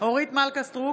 אורית מלכה סטרוק,